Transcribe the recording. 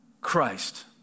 Christ